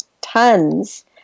tons